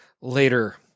later